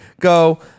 go